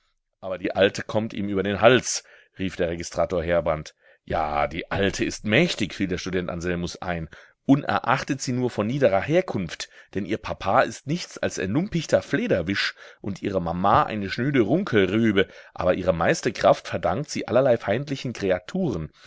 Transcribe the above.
aber die alte kommt ihm über den hals rief der registrator heerbrand ja die alte ist mächtig fiel der student anselmus ein unerachtet sie nur von niederer herkunft denn ihr papa ist nichts als ein lumpichter flederwisch und ihre mama eine schnöde runkelrübe aber ihre meiste kraft verdankt sie allerlei feindlichen kreaturen